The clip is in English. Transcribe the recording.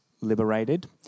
liberated